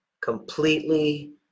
completely